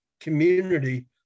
community